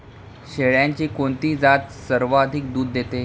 शेळ्यांची कोणती जात सर्वाधिक दूध देते?